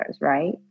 right